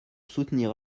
soutenir